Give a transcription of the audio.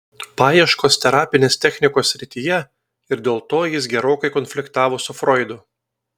paieškos terapinės technikos srityje ir dėl to jis gerokai konfliktavo su froidu